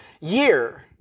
year